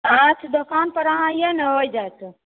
अच्छा दोकान पर अहाँ ऐयै ने हो जाएत